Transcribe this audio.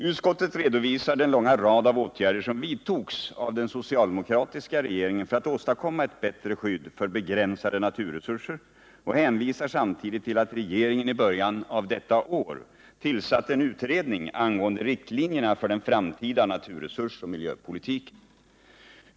Utskottet redovisar den långa rad av åtgärder som vidtogs av den socialdemokratiska regeringen för att åstadkomma ett bättre skydd för begränsade naturresurser och hänvisar samtidigt till att regeringen i början av naturresursoch miljöpolitiken.